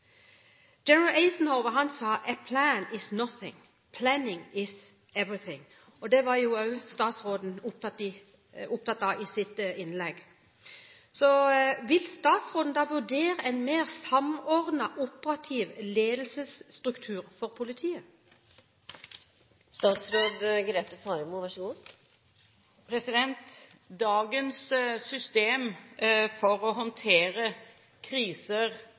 sa: «Plans are nothing; planning is everything». Det var også statsråden opptatt av i sitt innlegg. Vil statsråden vurdere en mer samordnet operativ ledelsesstruktur for politiet? Dagens system for å håndtere kriser, ulykker og andre alvorlige situasjoner bygger på prinsippene likhet, nærhet og ansvar. Med andre ord: De som har ansvaret for